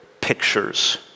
pictures